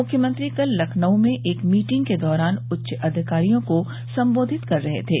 मुख्यमंत्री कल लखनऊ में एक मीटिंग के दौरान उच्च अधिकारियों को संबोधित कर रहे थे